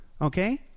okay